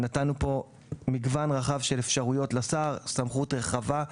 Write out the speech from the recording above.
נתנו פה מגוון רחב של אפשרויות וסמכות רחבה לשר,